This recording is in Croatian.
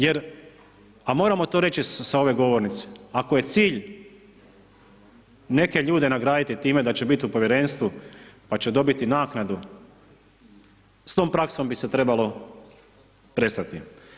Jer a moramo to reći sa ove govornice ako je cilj neke ljude nagraditi time da će biti u povjerenstvu pa će dobiti naknadu s tom praksom bi se trebalo prestati.